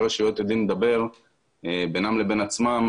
רשויות יודעים לדבר בינם לבין עצמם,